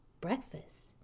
breakfast